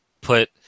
put